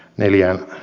neljä